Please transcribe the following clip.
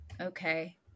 Okay